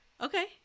okay